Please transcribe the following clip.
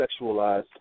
sexualized